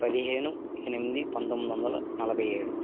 పదిహేను ఎనిమిది పంతొమ్మిది వందల నలభై ఏడు